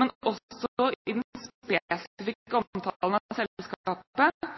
men også i den spesifikke omtalen av selskapet.